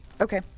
okay